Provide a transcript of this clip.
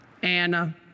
Anna